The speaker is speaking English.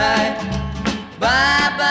Bye-bye